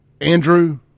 Andrew